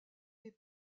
des